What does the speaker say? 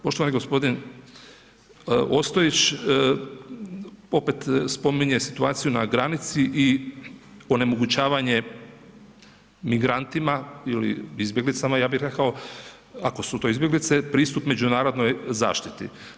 Poštovani gospodine Ostojić, opet spominje situaciju na granici i onemogućavanje migrantima ili izbjeglicama ja bi rekao, ako su to izbjeglice, pristup međunarodnoj zaštiti.